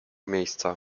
miejsca